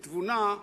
בתבונה,